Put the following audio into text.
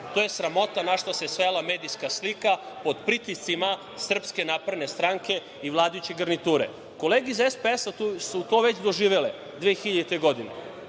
To je sramota na šta se svela medijska slika pod pritiscima SNS i vladajuće garniture. Kolege iz SPS su to već doživele 2000. godine